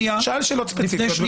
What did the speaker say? תשאל שאלות ספציפיות.